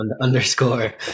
underscore